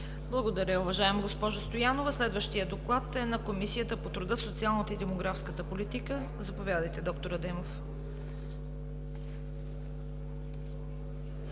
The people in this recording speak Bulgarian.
Благодаря, уважаема госпожо Стоянова. Следващият доклад е на Комисията по труда, социалната и демографската политика. Заповядайте, д-р Адемов.